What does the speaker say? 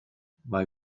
mae